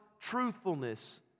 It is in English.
truthfulness